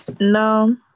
No